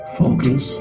focus